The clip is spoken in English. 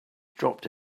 dropped